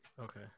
Okay